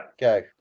go